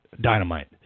dynamite